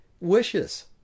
wishes